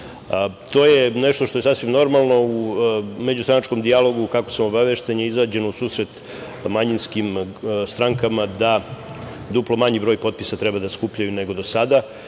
je nešto što je sasvim normalno u međustranačkom dijalogu. Kako sam obavešten, izašlo se u susret manjinskim strankama da duplo manji broj potpisa treba da skupljaju nego do sada.